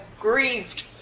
grieved